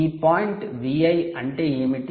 ఈ point Vi అంటే ఏమిటి